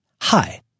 Hi